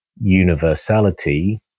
universality